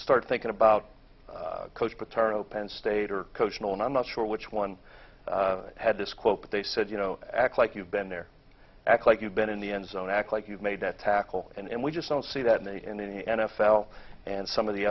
start thinking about coach paterno penn stater coach nolan i'm not sure which one had this quote but they said you know act like you've been there act like you've been in the end zone act like you've made that tackle and we just don't see that in any n f l and some of the